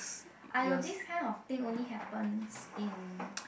!aiyo! this kind of thing only happens in